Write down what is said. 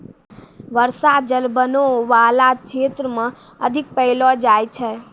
बर्षा जल बनो बाला क्षेत्र म अधिक पैलो जाय छै